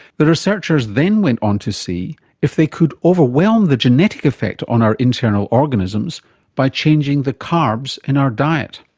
the researchers then went on to see if they could overwhelm the genetic effect on our internal organisms by changing the carbs in our diet.